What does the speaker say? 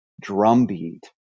drumbeat